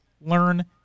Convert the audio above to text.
learn